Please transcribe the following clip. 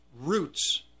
roots